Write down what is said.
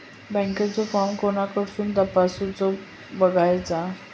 बँकेचो फार्म कोणाकडसून तपासूच बगायचा?